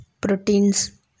proteins